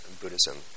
Buddhism